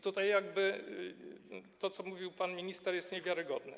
Tutaj to, co mówił pan minister, jest niewiarygodne.